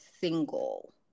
single